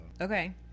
Okay